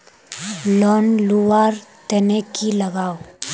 Loan लुवा र तने की लगाव?